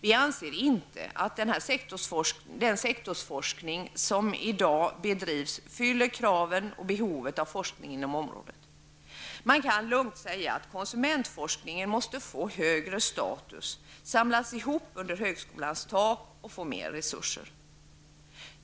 Vi anser inte att den sektorsforskning som i dag bedrivs fyller kraven och behovet av forskning inom området. Man kan lungt säga att konsumentforskningen måste få högre status, samlas ihop under högskolans tak och få mer resurser.